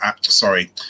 Sorry